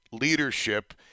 leadership